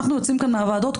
אנחנו יוצאים כאן מהוועדות,